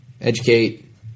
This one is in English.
educate